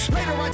Later